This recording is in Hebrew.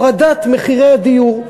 הורדת מחירי הדיור.